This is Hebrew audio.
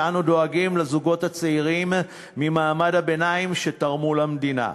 שאנו דואגים לזוגות הצעירים ממעמד הביניים שתרמו למדינה.